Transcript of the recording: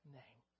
name